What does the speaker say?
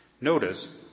Notice